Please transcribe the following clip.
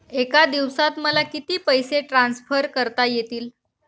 एका दिवसात मला किती पैसे ट्रान्सफर करता येतील?